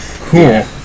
Cool